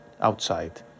outside